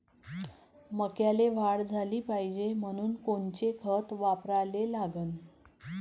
मक्याले वाढ झाली पाहिजे म्हनून कोनचे खतं वापराले लागन?